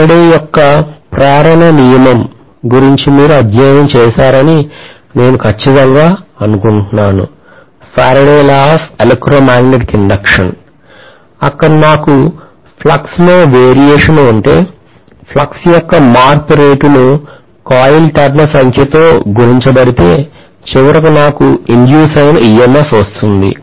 Faraday యొక్క ప్రేరణ నియమం గురించి మీరు అధ్యయనం చేశారని నేను ఖచ్చితంగా అనుకుంటున్నాను అక్కడ నాకు flux లో వేరియేషన్ ఉంటే ఫ్లక్స్ యొక్క మార్పు రేటు ను కోయిల్ టర్న్ల సంఖ్యతో గుణించబడితే చివరికి నాకు induce అయిన EMF వస్తుంది